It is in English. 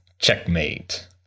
checkmate